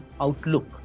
outlook